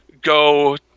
go